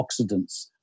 oxidants